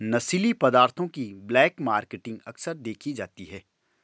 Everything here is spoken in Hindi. नशीली पदार्थों की ब्लैक मार्केटिंग अक्सर देखी जाती है